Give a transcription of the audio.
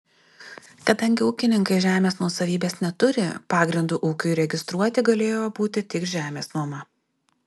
kadangi ūkininkai žemės nuosavybės neturi pagrindu ūkiui registruoti galėjo būti tik žemės nuoma